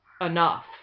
enough